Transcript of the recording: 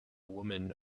woman